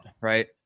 right